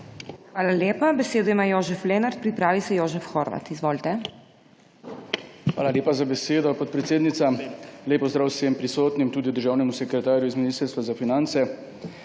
Hvala lepa. Besedo ima Jožef Lenart, pripravi se Jožef Horvat. Izvolite! JOŽEF LENART (PS SDS): Hvala lepa za besedo, podpredsednica. Lep pozdrav vsem prisotnim, tudi državnemu sekretarju z Ministrstva za finance.